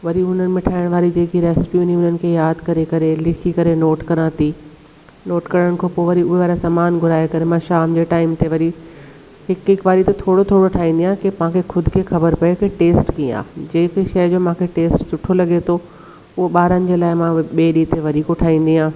वरी हुननि में ठाहिण वारी जेके रेसिपी उन्हनि खे यादि करे करे लिखी लिखी करे नोट करा थी नोट करण खां पोइ वरी उहा समाणु घुराए करे मां शाम जे टाइम ते वरी हिकु हिकु वारी त थोरो थोरो ठाहींदी आहियां की तव्हांखे ख़ुदि खे ख़बर पए की टेस्ट कीअं आहे जेकी शइ खे मूंखे टेस्ट सुठो लॻे थो हूअ ॿारनि जे लाइ मां ॿिए ॾींहं ते वरी को ठाहींदी आहियां